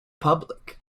public